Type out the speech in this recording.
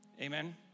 Amen